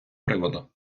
приводу